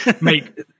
make